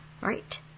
right